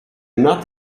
not